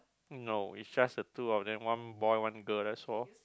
no it's just the two of them one boy one girl that's all